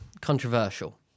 controversial